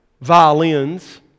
violins